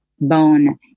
bone